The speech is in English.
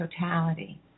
totality